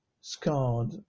scarred